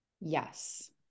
yes